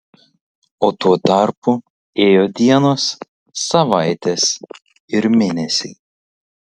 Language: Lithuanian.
o tuo tarpu ėjo dienos savaitės ir mėnesiai